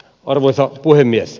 arvoisa puhemies